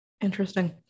Interesting